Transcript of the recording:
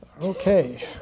Okay